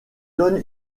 donne